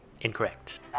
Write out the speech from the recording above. Incorrect